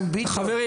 חיים ביטון?